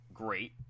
Great